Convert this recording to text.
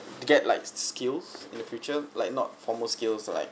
to get like skills in the future like not formal skills like